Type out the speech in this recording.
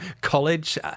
College